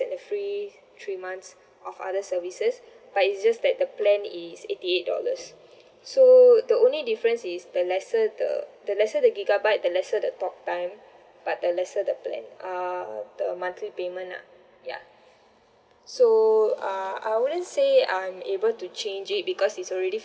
and the free three months of other services but it's just that the plan is eighty eight dollars so the only difference is the lesser the the lesser the gigabyte the lesser the talk time but the lesser the plan uh the monthly payment ah ya so uh I wouldn't say I'm able to change it because it's already